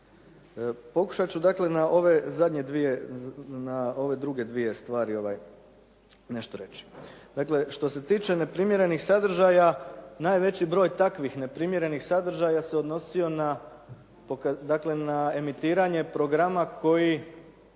dvije, na ove druge dvije stvari nešto reći. Dakle, što se tiče neprimjerenih sadržaja, najveći broj takvih neprimjerenih sadržaja se odnosi na, dakle na emitiranje programa koji